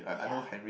yeah